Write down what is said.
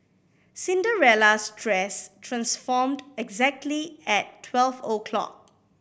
Cinderella's dress transformed exactly at twelve o'clock